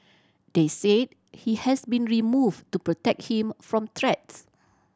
they said he has been removed to protect him from threats